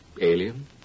Alien